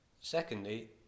Secondly